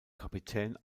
kapitän